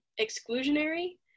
exclusionary